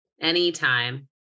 Anytime